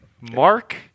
Mark